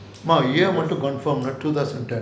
மா:maa year you want to conform two thousand ten